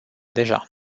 deja